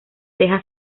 teja